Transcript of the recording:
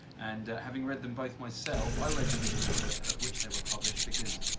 and having read them both myself, i read them in the order of which they were published because,